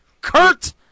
Kurt